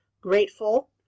grateful